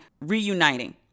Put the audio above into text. reuniting